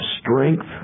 strength